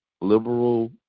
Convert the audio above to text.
Liberal